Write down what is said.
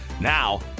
Now